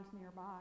nearby